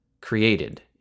created